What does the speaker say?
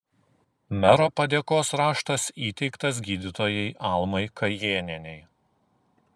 mero padėkos raštas įteiktas gydytojai almai kajėnienei